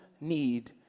need